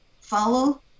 Follow